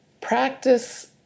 practice